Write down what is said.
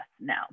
now